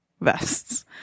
vests